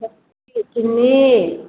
चऽ चिन्नी